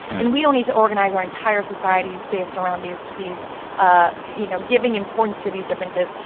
and we don't need to organize our entire society based around these these ah you know, giving importance to these differences.